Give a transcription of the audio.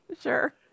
Sure